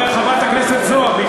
חברת הכנסת זועבי,